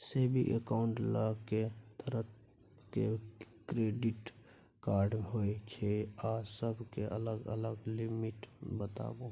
Saving accounts ल के तरह के डेबिट कार्ड होय छै आ सब के अलग अलग लिमिट बताबू?